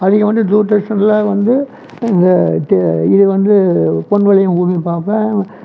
அதிகம் வந்து தூர்தர்ஷனில் வந்து வ இது இது வந்து பொன் விளையும் பூமி பார்ப்பேன்